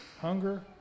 hunger